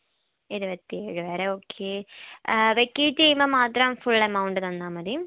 ഇരുപത്തിയേഴ് വരെ okay vacate ചെയ്യുമ്പോൾ മാത്രം ഫുൾ എമൗണ്ട് തന്നാൽ മതി